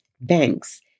banks